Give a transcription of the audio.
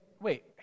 Wait